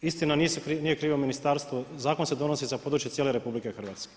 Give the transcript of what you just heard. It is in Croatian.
Istina, nije krivo ministarstvo, zakon se donosi za područje cijele RH.